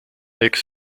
eks